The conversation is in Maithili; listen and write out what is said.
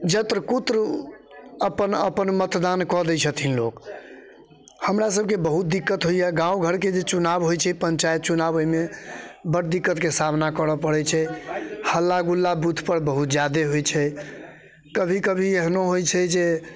जत्र कुत्र अपन अपन मतदान कऽ दय छथिन लोक हमरा सबकेँ बहुत दिक्कत होइया गाँव घरके जे चुनाओ होइत छै पञ्चायत चुनाओ ओहिमे बड दिक्कतके सामना करऽ पड़ैत छै हल्ला गुल्ला बूथ पर बहुत जादे होइत छै कभी कभी एहनो होइत छै जे